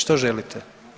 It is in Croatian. Što želite?